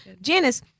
Janice